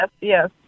yes